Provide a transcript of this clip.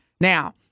Now